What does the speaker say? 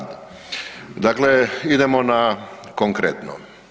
Dakle, idemo na konkretno.